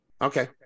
Okay